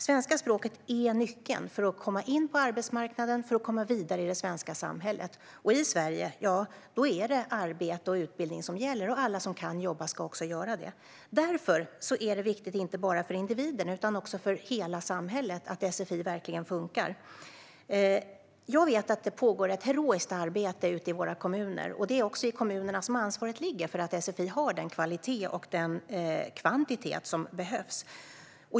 Svenska språket är nyckeln för att komma in på arbetsmarknaden och komma vidare i det svenska samhället. I Sverige är det arbete och utbildning som gäller, och alla som kan jobba ska också göra det. Därför är det viktigt inte bara för individen utan också för hela samhället att sfi verkligen funkar. Jag vet att det pågår ett heroiskt arbete ute i våra kommuner. Det är också i kommunerna som ansvaret ligger för att sfi har den kvalitet och kvantitet som behövs.